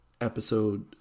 episode